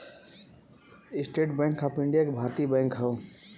estate Bank of India एक भारतीय bank हौ